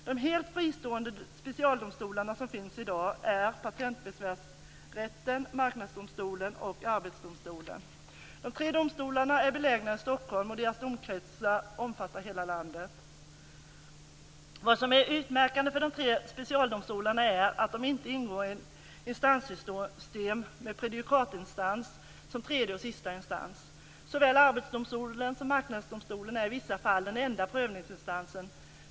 De helt fristående specialdomstolar som finns i dag är Patentbesvärsrätten, Marknadsdomstolen och Arbetsdomstolen. De tre domstolarna är belägna i Stockholm, och deras domkretsar omfattar hela landet. Vad som är utmärkande för de tre specialdomstolarna är att de inte ingår i ett instanssystem med en prejudikatinstans som tredje och sista instans. Såväl Arbetsdomstolen som Marknadsdomstolen är i vissa fall den enda prövningsinstansen.